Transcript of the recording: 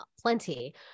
plenty